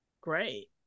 Great